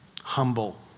humble